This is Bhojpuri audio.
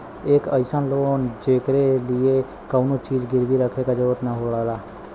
एक अइसन लोन जेकरे लिए कउनो चीज गिरवी रखे क जरुरत न पड़ला